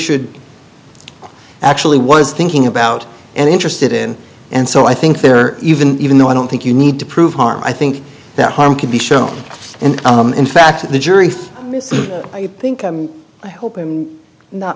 should actually was thinking about and interested in and so i think they're even even though i don't think you need to prove harm i think that harm can be shown and in fact the jury i think i hope i'm not